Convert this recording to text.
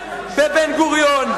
בבן-גוריון.